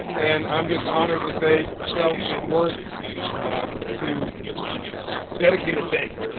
and i'm just honored that they felt it worthy to dedicate a day